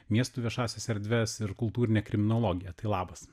miestų viešąsias erdves ir kultūrinę kriminologiją tai labas